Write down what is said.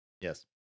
Yes